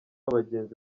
abagenzi